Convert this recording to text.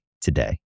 today